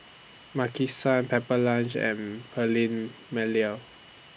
Maki San Pepper Lunch and Perllini Mel